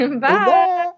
bye